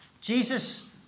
Jesus